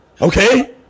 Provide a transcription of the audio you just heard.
Okay